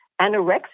anorexia